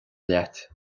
leat